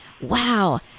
wow